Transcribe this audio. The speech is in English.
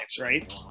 right